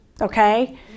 Okay